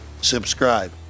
subscribe